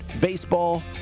baseball